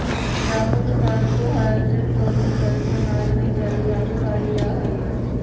जामुन में carbohydrate protein calcium iron इत्यादि जादे पायल जा हई